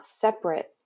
separate